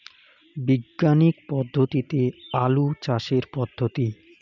বিজ্ঞানিক পদ্ধতিতে আলু চাষের পদ্ধতি?